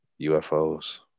UFOs